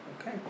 Okay